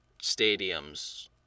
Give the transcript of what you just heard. stadiums